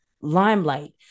limelight